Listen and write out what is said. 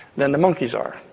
than the monkeys are.